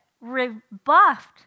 rebuffed